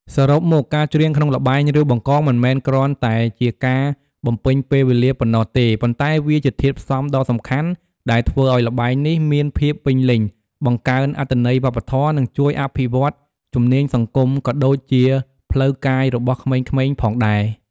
សរុបមក ការច្រៀងក្នុងល្បែង រាវបង្កង មិនមែនគ្រាន់តែជាការបំពេញពេលវេលាប៉ុណ្ណោះទេ ប៉ុន្តែវាជាធាតុផ្សំដ៏សំខាន់ដែលធ្វើឱ្យល្បែងនេះមានភាពពេញលេញ បង្កើនអត្ថន័យវប្បធម៌ និងជួយអភិវឌ្ឍជំនាញសង្គម ក៏ដូចជាផ្លូវកាយរបស់ក្មេងៗផងដែរ។